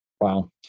Wow